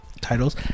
titles